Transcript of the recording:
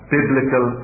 Biblical